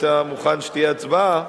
כשאתה מוכן שתהיה הצבעה.